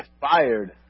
fired